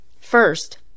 First